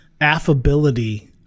affability